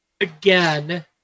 again